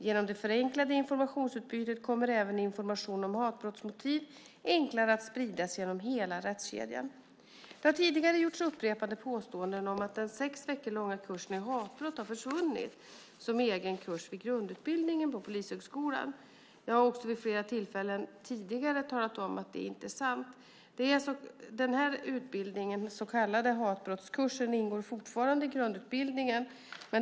Genom det förenklade informationsutbytet kommer även information om hatbrottsmotiv enklare att spridas genom hela rättskedjan. Det har tidigare gjorts upprepade påståenden om att den sex veckor långa kursen i hatbrott har försvunnit som egen kurs vid grundutbildningen på Polishögskolan. Jag har också vid flera tillfällen tidigare talat om att det inte är sant. Den så kallade hatbrottskursen ingår fortfarande i grundutbildningen.